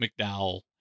McDowell